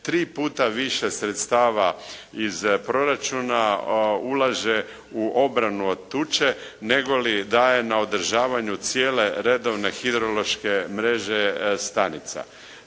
tri puta više sredstava iz proračuna ulaže u obranu od tuče negoli daje na održavanju cijele redovne hidrološke mreže stanica,